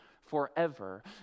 forever